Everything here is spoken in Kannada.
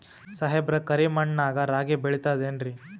ಸಾಹೇಬ್ರ, ಕರಿ ಮಣ್ ನಾಗ ರಾಗಿ ಬೆಳಿತದೇನ್ರಿ?